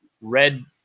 Red